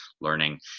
learning